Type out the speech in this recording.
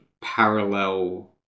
parallel